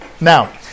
Now